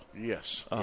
Yes